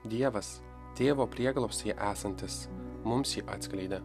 dievas tėvo prieglobstyje esantis mums jį atskleidė